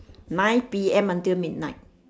nine P M until midnight